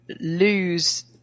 lose